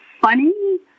funny